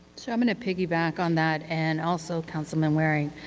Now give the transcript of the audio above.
sure. i'm going to piggyback on that and also councilman waring.